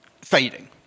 fading